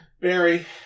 Barry